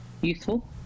useful